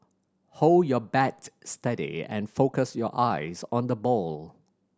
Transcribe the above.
hold your bat steady and focus your eyes on the ball